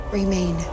remain